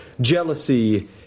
jealousy